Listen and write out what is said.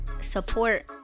support